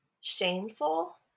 shameful